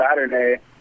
Saturday